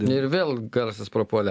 ir vėl garsas prapuolė